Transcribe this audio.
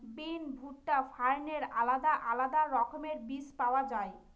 বিন, ভুট্টা, ফার্নের আলাদা আলাদা রকমের বীজ পাওয়া যায়